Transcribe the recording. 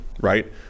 right